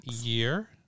year